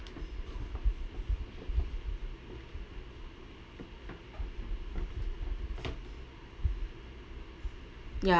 ya